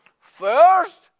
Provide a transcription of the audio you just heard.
first